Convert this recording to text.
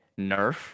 Nerf